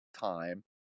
time